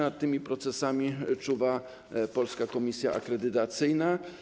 Nad tymi procesami czuwa Polska Komisja Akredytacyjna.